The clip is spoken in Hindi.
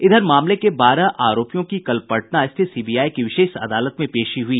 इधर मामले के बारह आरोपियों की कल पटना स्थित सीबीआई की विशेष अदालत में पेशी हुई